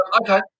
okay